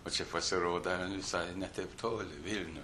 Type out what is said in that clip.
o čia pasirodo jin visai ne taip toli vilniuj